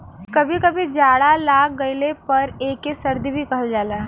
कभी कभी जाड़ा लाग गइले पर एके सर्दी भी कहल जाला